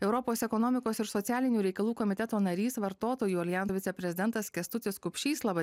europos ekonomikos ir socialinių reikalų komiteto narys vartotojų aljanso viceprezidentas kęstutis kupšys laba